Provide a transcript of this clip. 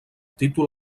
títol